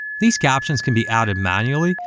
these captions can be added manually,